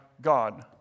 God